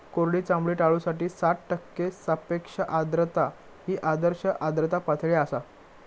कोरडी चामडी टाळूसाठी साठ टक्के सापेक्ष आर्द्रता ही आदर्श आर्द्रता पातळी आसा